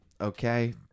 Okay